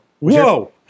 Whoa